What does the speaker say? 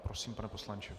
Prosím, pane poslanče.